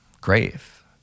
grave